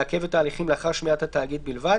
לעכב את ההליכים לאחר שמיעת התאגיד בלבד,